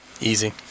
easy